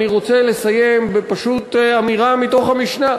אני רוצה לסיים באמירה מתוך המשנה.